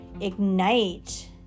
ignite